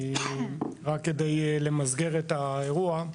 רק כדי למסגר את האירוע,